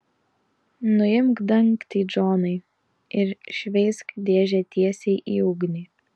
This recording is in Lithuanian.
nuimk dangtį džonai ir šveisk dėžę tiesiai į ugnį